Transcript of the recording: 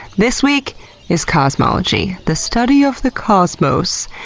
this week is cosmology, the study of the cosmos.